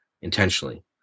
intentionally